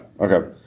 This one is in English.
okay